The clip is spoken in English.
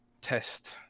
test